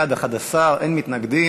11 בעד, אין מתנגדים.